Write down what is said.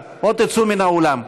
נורית,